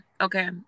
Okay